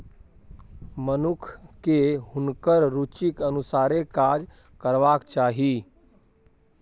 मनुखकेँ हुनकर रुचिक अनुसारे काज करबाक चाही